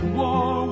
war